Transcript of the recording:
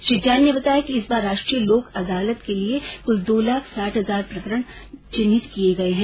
श्री जैन ने बताया कि इस बार राष्ट्रीय लोक अदालत के लिए कुल दो लाख साठ हजार प्रकरण चिन्हित किये गए हैं